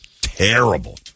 terrible